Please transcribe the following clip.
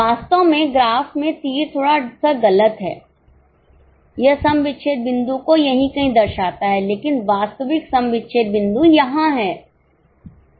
वास्तव में ग्राफ में तीर थोड़ा सा गलत है यह सम विच्छेद बिंदु को यहीं कहीं दर्शाता है लेकिन वास्तविकसम विच्छेद बिंदु यहां है समझ रहे हैं